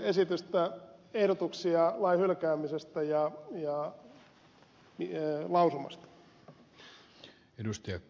yrttiahon ehdotuksia lain hylkäämisestä ja lausumasta